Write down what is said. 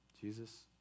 Jesus